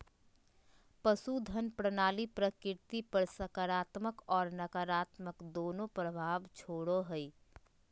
पशुधन प्रणाली प्रकृति पर सकारात्मक और नकारात्मक दोनों प्रभाव छोड़ो हइ